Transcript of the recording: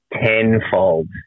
tenfold